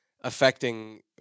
affecting